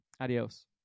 Adios